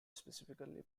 specifically